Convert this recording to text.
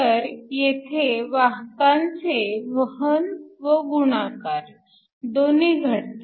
तर येथे वाहकांचे वहन व गुणाकार दोन्ही घडते